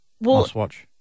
Must-watch